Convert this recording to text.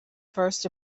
first